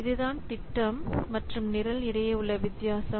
இதுதான் திட்டம் மற்றும் நிரல் இடையே உள்ள வித்தியாசம்